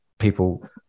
People